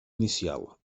inicial